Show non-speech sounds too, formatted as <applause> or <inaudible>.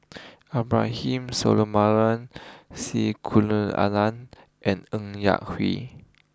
Abraham <unintelligible> C <unintelligible> and Ng Yak Whee